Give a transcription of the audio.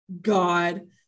God